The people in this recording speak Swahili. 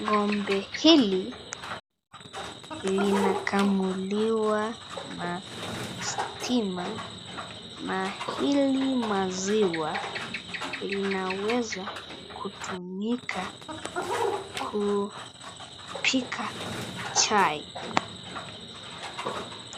Ng'ombe hili linakamuliwa na stima na hili maziwa linaweza kutumika kupiga chai